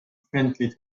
friendly